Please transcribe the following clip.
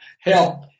help